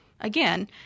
again